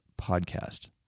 podcast